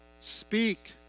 Speak